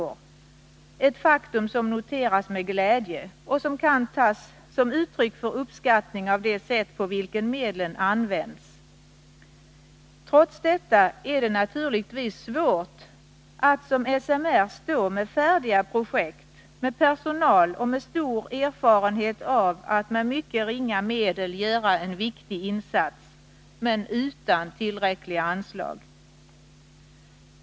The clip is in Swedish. Det är ett faktum som noteras med glädje och som kan tas som uttryck för uppskattning av det sätt på vilket medlen används. Trots detta är det naturligtvis svårt att, som SMR, stå med färdiga projekt — med personal och med stor erfarenhet av att med mycket ringa medel göra en viktig insats — men utan tillräckliga anslag.